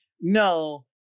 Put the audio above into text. No